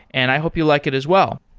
and i hope you like it as well.